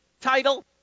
title